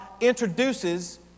introduces